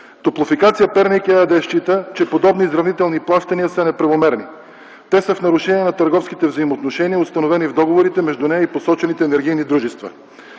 „Топлофикация - Перник” ЕАД счита, че подобни изравнителни плащания са неправомерни. Те са в нарушение на търговските взаимоотношения, установени в договорите между нея и посочените енергийни дружества.